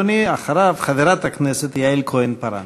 אדוני.